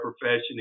profession